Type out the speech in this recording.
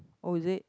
oh is it